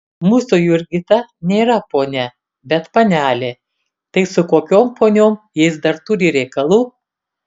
mūsų jurgita nėra ponia bet panelė tai su kokiom poniom jis dar turi reikalų